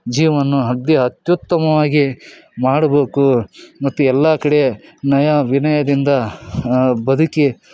ಜೀವನ್ನು ಹದ್ದಿ ಅತ್ಯುತ್ತಮವಾಗಿ ಮಾಡಬೇಕು ಮತ್ತು ಎಲ್ಲ ಕಡೆ ನಯ ವಿನಯದಿಂದ ಬದುಕಿ